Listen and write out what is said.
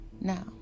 Now